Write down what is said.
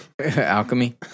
Alchemy